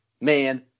Man